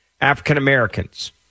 African-Americans